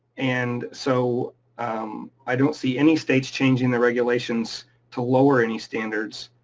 and so i don't see any states changing the regulations to lower any standards.